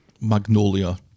magnolia